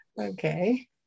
Okay